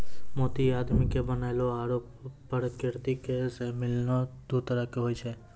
मोती आदमी के बनैलो आरो परकिरति सें मिललो दु तरह के होय छै